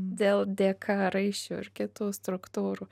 dėl dėka raiščių ir kitų struktūrų